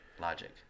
Logic